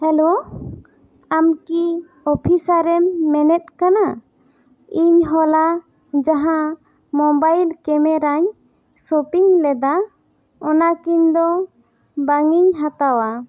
hello ᱟᱢ ᱠᱤ officer ᱨᱮᱢ ᱢᱮᱱᱮᱫ ᱠᱟᱱᱟ ᱤᱧ ᱦᱚᱞᱟ ᱡᱟᱦᱟᱸ ᱢᱚᱵᱟᱭᱤᱞ ᱠᱮᱢᱮᱨᱟᱧ ᱥᱚᱯᱤᱝ ᱞᱮᱫᱟ ᱚᱱᱟ ᱠᱤᱱ ᱫᱚ ᱵᱟᱝ ᱤᱧ ᱦᱟᱛᱟᱣᱟ